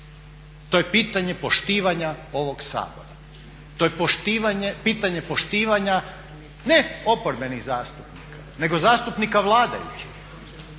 to je pitanje poštivanja ovog Sabora. To je pitanje poštivanja ne oporbenih zastupnika nego zastupnika vladajućih.